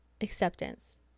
acceptance